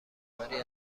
خبری